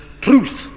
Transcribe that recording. Truth